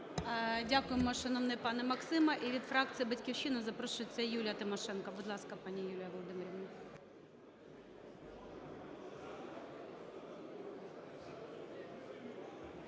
Дякуємо, шановний пане Максиме. І від фракції "Батьківщина" запрошується Юлія Тимошенко. Будь ласка, пані Юлія Володимирівна.